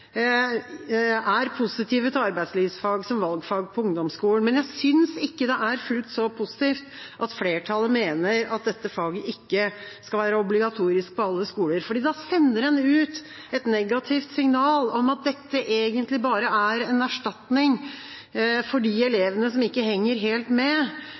så positivt at flertallet mener at dette faget ikke skal være obligatorisk på alle skoler, for da sender en ut et negativt signal om at dette egentlig bare er en erstatning for de elevene som ikke henger helt med,